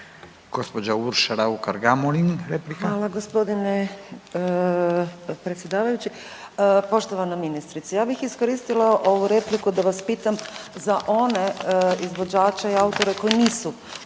replika. **Raukar-Gamulin, Urša (Možemo!)** Hvala g. predsjedavajući. Poštovana ministrice, ja bih iskoristila ovu repliku da vas pitam za one izvođače i autore koji nisu